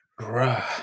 Bruh